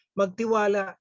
magtiwala